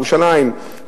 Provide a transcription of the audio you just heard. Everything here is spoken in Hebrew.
ירושלים,